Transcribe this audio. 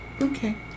Okay